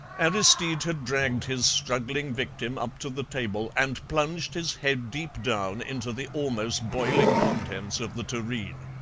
aristide had dragged his struggling victim up to the table and plunged his head deep down into the almost boiling contents of the tureen.